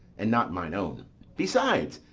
and not mine own. besides,